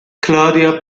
claudia